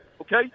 Okay